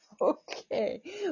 Okay